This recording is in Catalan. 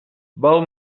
val